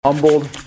humbled